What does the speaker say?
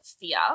fear